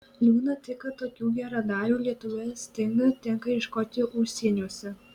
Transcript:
liūdna tik kad tokių geradarių lietuvoje stinga tenka ieškoti užsieniuose